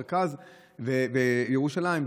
מרכז וירושלים,